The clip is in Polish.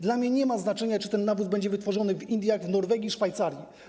Dla mnie nie ma znaczenia to, czy nawóz będzie wytworzony w Indiach, Norwegii, Szwajcarii.